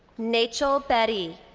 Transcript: nachel betty.